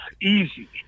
easy